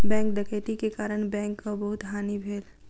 bank डकैती के कारण बैंकक बहुत हानि भेल